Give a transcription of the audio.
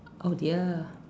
oh dear